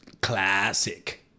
classic